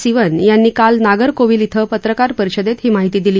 सिवन यांनी काल नागरकोविल िं पत्रकार परिषदेत ही माहिती दिली